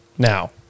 now